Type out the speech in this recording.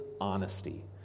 honesty